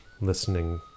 listening